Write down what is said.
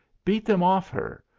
beat them off her!